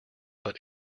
but